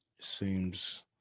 seems